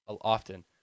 often